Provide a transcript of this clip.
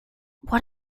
what